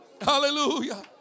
Hallelujah